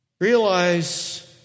realize